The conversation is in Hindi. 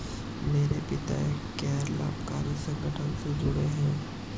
मेरे पिता एक गैर लाभकारी संगठन से जुड़े हैं